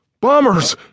Bombers